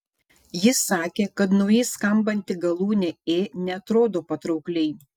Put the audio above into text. ji sakė kad naujai skambanti galūnė ė neatrodo patraukliai